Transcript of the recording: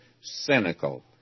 cynical